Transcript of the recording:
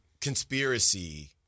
conspiracy